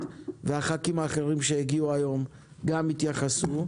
ואת חברי הכנסת האחרים שהגיעו היום שגם יתייחסו,